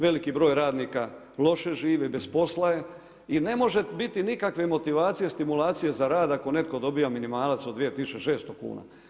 Veliki broj radnika loše živi, bez posla je i ne može biti nikakve motivacije, stimulacije za rad, ako netko dobije minimalac od 2600 kn.